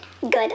Good